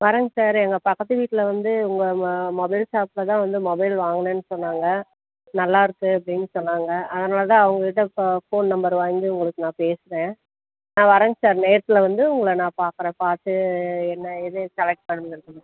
வரேங்க சார் எங்கள் பக்கத்து வீட்டில வந்து உங்கள் ம மொபைல் ஷாப்பில தான் வந்து மொபைல் வாங்கினேனு சொன்னாங்கள் நல்லா இருக்குது அப்படின்னு சொன்னாங்கள் அதனால் தான் அவங்க கிட்ட இப்போ ஃபோன் நம்பர் வாங்கி உங்களுக்கு நான் பேசுகிறேன் நான் வரேங்க சார் நேரில் வந்து உங்களை நான் பார்க்குறேன் பார்த்து என்ன எது செலக்ட் பண்ணுங்கிறத